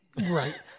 Right